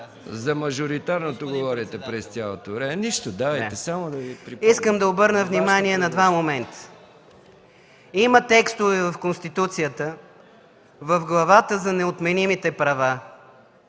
За мажоритарното говорите през цялото време. КРАСИМИР ЦИПОВ: Искам да обърна внимание на два момента. Има текстове в Конституцията в главата за неотменимите права,